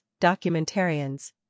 documentarians